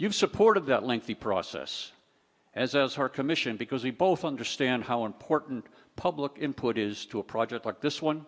you've supported that lengthy process as her commission because we both understand how important public input is to a project like this one